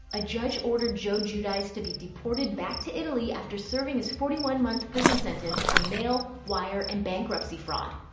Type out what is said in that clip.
a judge ordered joe giudice to be deported back to italy after serving his forty one month prison sentence for mail, wire, and bankruptcy fraud.